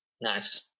Nice